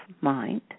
mind